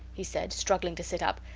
he said, struggling to sit up.